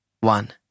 one